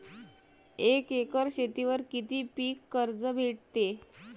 एक एकर शेतीवर किती पीक कर्ज भेटते?